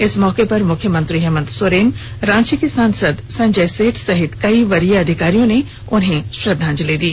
इस मौके पर मुख्यमंत्री हेमंत सोरेन रांची के सांसद संजय सेठ सहित कई वरीय अधिकारियों ने उन्हें श्रद्वांजलि दी